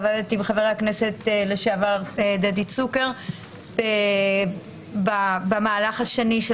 עבדתי עם חבר הכנסת לשעבר דדי צוקר במהלך השני של